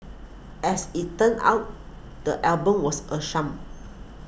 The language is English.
as it turns out the album was a sham